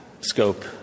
scope